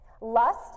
Lust